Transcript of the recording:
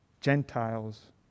Gentiles